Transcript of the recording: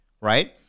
right